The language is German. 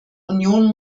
union